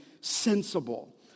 sensible